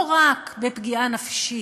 לא רק בפגיעה נפשית,